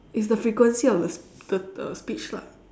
it's the frequency of the the the speech lah